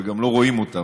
וגם לא רואים אותן,